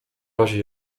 razie